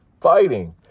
fighting